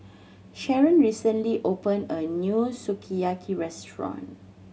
Sharon recently opened a new Sukiyaki Restaurant